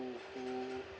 who